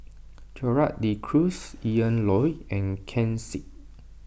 Gerald De Cruz Ian Loy and Ken Seet